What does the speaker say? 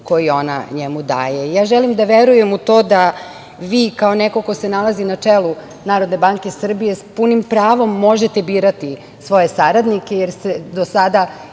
koji ona njemu daje. Želim da verujem u to da vi kao neko ko se nalazi na čelu NBS, s punim pravom možete birati svoje saradnike, jer ste do sada